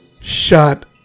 shut